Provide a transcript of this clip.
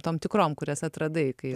tom tikrom kurias atradai kai